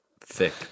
thick